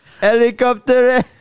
Helicopter